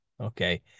Okay